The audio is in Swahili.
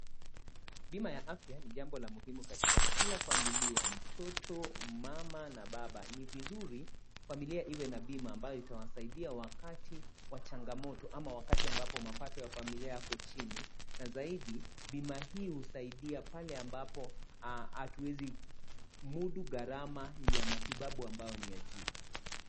Bima ya afya ni jambo la muhimu katika kila familia, mtoto, mama na baba. Ni vizuri familia iwe na bima ambayo itawasaidia wakati wa changamoto, ama wakati ambapo mapato ya familia yako chini, na zaidi bima hii husaidia pale ambapo hatuwezi mundu ghalama ya matibabu ambayo ni ya juu.